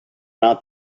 not